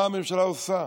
מה הממשלה עושה?